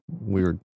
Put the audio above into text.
weird